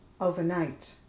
overnight